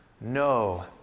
No